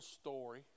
story